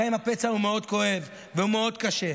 גם אם הפצע הוא מאוד כואב והוא מאוד קשה,